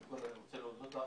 אני רוצה לך על